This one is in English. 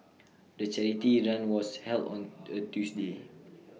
the charity run was held on A Tuesday